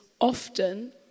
often